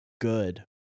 good